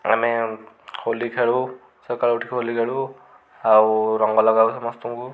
ଆମେ ହୋଲି ଖେଳୁ ସକାଳୁ ଉଠିକି ହୋଲି ଖେଳୁ ଆଉ ରଙ୍ଗ ଲଗାଉ ସମସ୍ତଙ୍କୁ